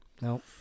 No